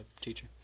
teacher